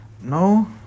No